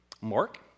Mark